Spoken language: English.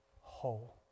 whole